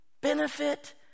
benefit